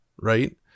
right